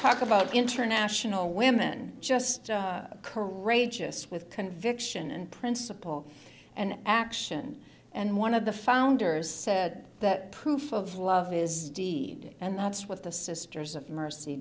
talk about international women just courageous with conviction and principle and action and one of the founders said that proof of love is deed and that's what the sisters of mercy